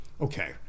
okay